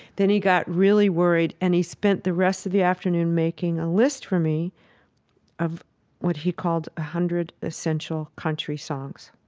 then he got really worried and he spent the rest of the afternoon making a list for me of what he called one hundred essential country songs.